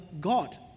God